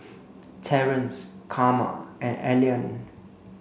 Terrence Carma and Allean